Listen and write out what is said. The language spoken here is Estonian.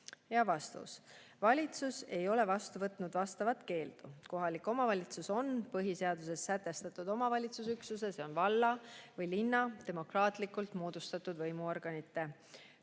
Vastus. Valitsus ei ole vastu võtnud vastavat keeldu. Kohaliku omavalitsuse, põhiseaduses sätestatud omavalitsusüksuse, see on valla või linna demokraatlikult moodustatud võimuorgani õigus,